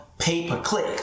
pay-per-click